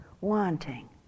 wanting